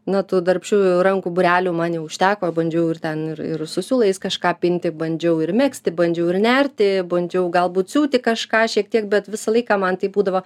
na tų darbščiųjų rankų būrelių man neužteko bandžiau ir ten ir ir su siūlais kažką pinti bandžiau ir megzti bandžiau ir nerti bandžiau galbūt siūti kažką šiek tiek bet visą laiką man tai būdavo